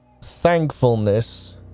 thankfulness